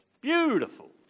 Beautiful